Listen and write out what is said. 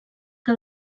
que